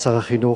שר החינוך,